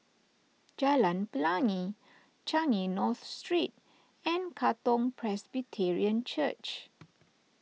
Jalan Pelangi Changi North Street and Katong Presbyterian Church